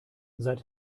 seit